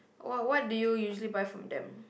what what do you usually buy from them